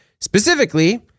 specifically